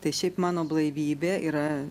tai šiaip mano blaivybė yra